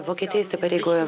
vokietija įsipareigojo